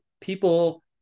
people